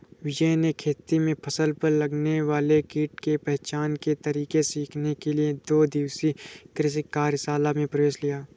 विजय ने खेती में फसल पर लगने वाले कीट के पहचान के तरीके सीखने के लिए दो दिवसीय कृषि कार्यशाला में प्रवेश लिया